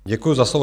Děkuji za slovo.